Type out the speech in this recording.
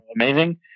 amazing